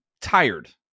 tired